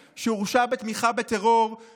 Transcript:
העולמית היא שרת התעמולה גלית דיסטל אטבריאן,